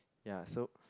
ya so